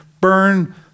burn